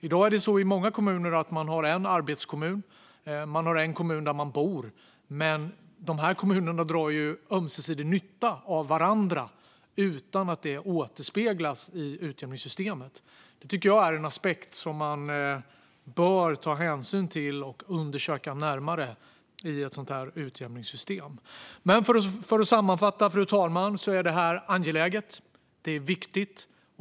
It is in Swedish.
I dag är det många människor som arbetar i en kommun men bor i en annan. Dessa kommuner drar ju ömsesidig nytta av varandra utan att det återspeglas i utjämningssystemet. Detta är en aspekt som jag tycker att man bör ta hänsyn till och undersöka närmare i ett utjämningssystem. Men, fru talman, låt mig sammanfatta. Detta är angeläget och viktigt.